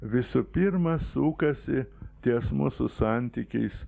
visų pirma sukasi ties mūsų santykiais